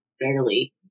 barely